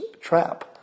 trap